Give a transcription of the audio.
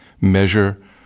measure